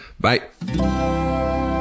bye